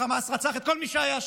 חמאס רצח את כל מי שהיה שם.